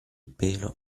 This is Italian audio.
pelo